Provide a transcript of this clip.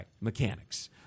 mechanics